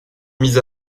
mise